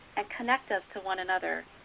and connect us to one another,